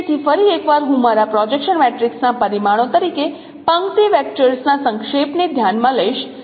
તેથી ફરી એકવાર હું મારા પ્રોજેક્શન મેટ્રિક્સના પરિમાણો તરીકે પંક્તિ વેક્ટર્સના સંક્ષેપને ધ્યાનમાં લઈશ